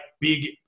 big